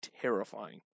terrifying